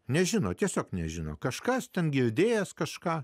nežino tiesiog nežino kažkas ten girdėjęs kažką